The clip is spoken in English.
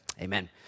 amen